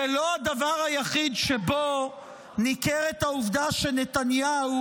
זה לא הדבר היחיד שבו ניכרת העובדה שנתניהו